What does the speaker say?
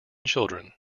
children